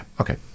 okay